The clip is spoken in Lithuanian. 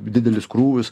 didelius krūvius